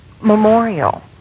memorial